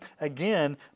again